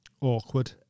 awkward